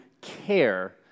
care